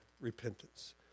repentance